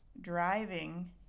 driving